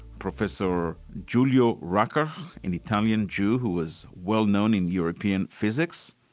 professor julio rucker, an italian jew who was well-known in european physics,